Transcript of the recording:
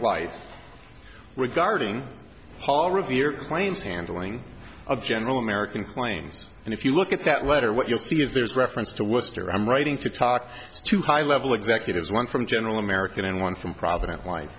life regarding paul revere plane's handling of general american planes and if you look at that letter what you'll see is there's reference to worcester i'm writing to talk to high level executives one from general american and one from providence wi